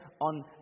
on